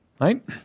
Right